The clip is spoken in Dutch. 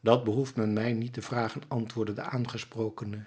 dat behoeft men mij niet te vragen antwoordde de aangesprokene